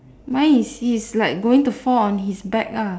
mine is he's like going to fall on his back lah